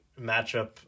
matchup